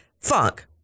Funk